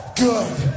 good